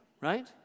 right